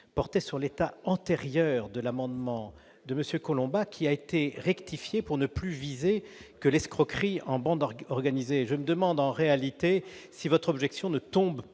portait sur la version antérieure de l'amendement de M. Collombat, qui a été rectifié pour ne plus viser que l'escroquerie en bande organisée. Je me demande si votre objection ne tombe pas